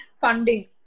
funding